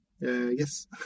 Yes